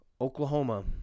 Oklahoma